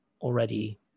already